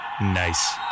Nice